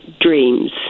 dreams